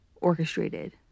orchestrated